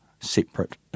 separate